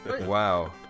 Wow